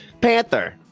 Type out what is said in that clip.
Panther